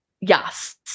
Yes